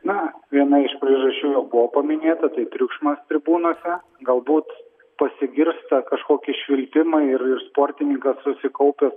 na viena iš priežasčių jau buvo paminėta tai triukšmas tribūnose galbūt pasigirsta kažkokie švilpimai ir ir sportininkas susikaupęs